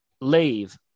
leave